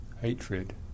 hatred